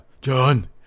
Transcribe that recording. john